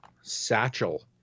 satchel